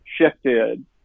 shifted